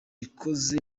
ikoze